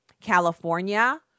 California